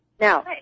Now